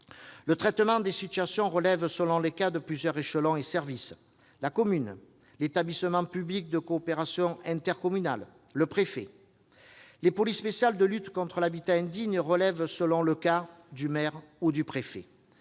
Le traitement des situations relève, selon les cas, de plusieurs échelons et services : la commune, l'établissement public de coopération intercommunale, le préfet. Les polices spéciales de lutte contre l'habitat indigne relèvent, selon les cas, du maire ou du préfet.